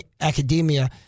academia